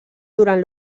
durant